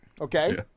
okay